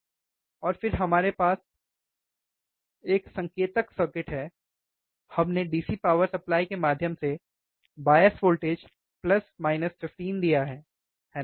और फिर हमारे पास संकेतक सर्किट है हमने DC पावर सप्लाई के माध्यम से बायस वोल्टेज 15 15 दिया है है ना